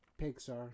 Pixar